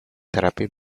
therapy